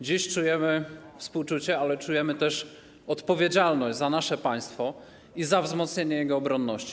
Dziś współczujemy, ale czujemy też odpowiedzialność za nasze państwo i za wzmocnienie jego obronności.